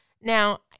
Now